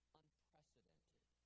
unprecedented